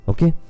Okay